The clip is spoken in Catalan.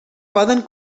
poden